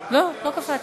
לא, לא קפצתי.